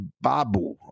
Babu